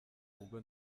ubwo